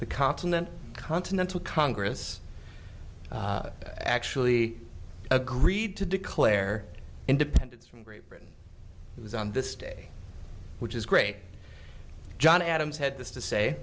the continent continental congress actually agreed to declare independence from britain it was on this day which is great john adams had this to say